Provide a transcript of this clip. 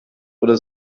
oder